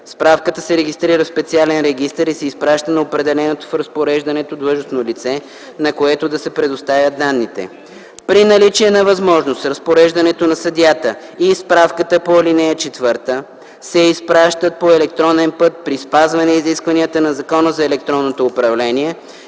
Справката се регистрира в специален регистър и се изпраща на определеното в разпореждането длъжностно лице, на което да се предоставят данните. (5) При наличие на възможност разпореждането на съдията и справката по ал. 4 се изпращат по електронен път при спазване изискванията на Закона за електронното управление